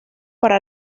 para